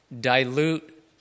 Dilute